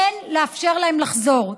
אין לאפשר להם לחזור.